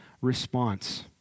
response